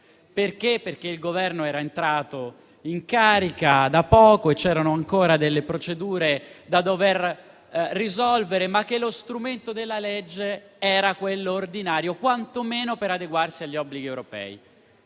perché il Governo era entrato in carica da poco e c'erano ancora delle procedure da dover risolvere, ma lo strumento della legge era quello ordinario, quantomeno per adeguarsi agli obblighi europei.